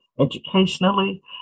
educationally